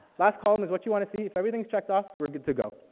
last column is what you want to see. if everything's checked off, we're good to go.